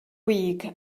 week